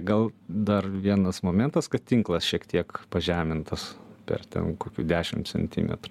gal dar vienas momentas kad tinklas šiek tiek pažemintas per ten kokių dešim centimetrų